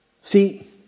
See